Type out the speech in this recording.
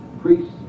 priests